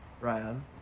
Ryan